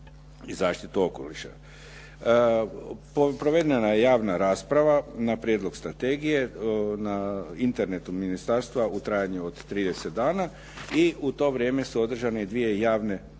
zaštitu okoliša. Provedena je javna rasprava na Prijedlog strategije na internetu ministarstva u trajanju od 30 dana i u to vrijeme su održane dvije javne rasprave,